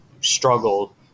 struggle